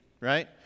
right